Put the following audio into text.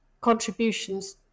contributions